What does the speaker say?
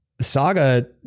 Saga